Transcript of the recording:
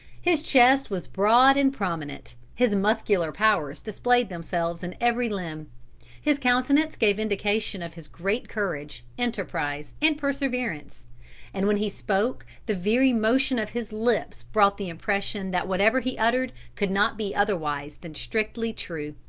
his chest was broad and prominent, his muscular powers displayed themselves in every limb his countenance gave indication of his great courage, enterprise and perseverance and when he spoke the very motion of his lips brought the impression that whatever he uttered could not be otherwise than strictly true.